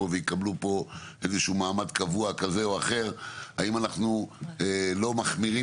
ויקבלו כאן איזשהו מעמד קבוע כזה או אחר ואז אנחנו לא מחמירים